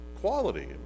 quality